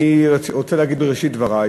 אני רוצה להגיד בראשית דברי